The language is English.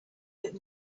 bit